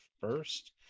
first